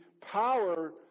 power